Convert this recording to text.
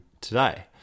today